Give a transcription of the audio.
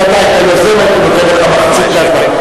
אם אתה היית היוזם הייתי נותן לך מחצית מהזמן.